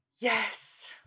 Yes